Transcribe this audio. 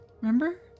Remember